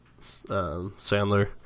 Sandler